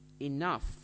enough